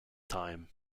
time